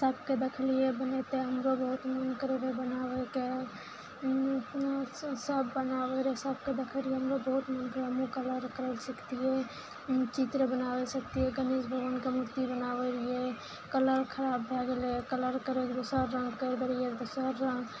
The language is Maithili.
सबके देखलियइ बनेतइ हमरो बहुत मोन करय रहय बनाबयके सब बनाबय रहय सबके देखय रहियइ हमरो बहुत मोन करय हमरो कलर करय लए सीखतियै चित्र बनाबय सीखतियै गणेश भगवानके मूर्ति बनाबय रहियइ कलर खराब भए गेलय कलर करयके दोसर रङ्ग करि देलियइ दोसर रङ्ग